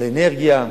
מה ההשלכות על אנרגיה,